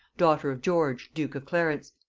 daughter of george duke of clarence.